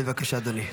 בבקשה, אדוני.